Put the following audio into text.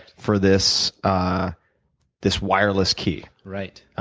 for this ah this wireless key. right.